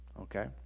okay